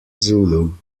zulu